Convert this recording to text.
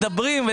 מדברים,